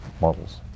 models